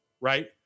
right